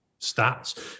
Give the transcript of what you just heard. stats